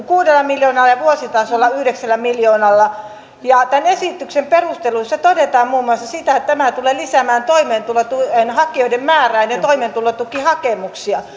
kuudella miljoonalla ja vuositasolla yhdeksällä miljoonalla ja tämän esityksen perusteluissa todetaan muun muassa siitä että tämä tulee lisäämään toimeentulotuen hakijoiden määrää ja toimeentulotukihakemuksia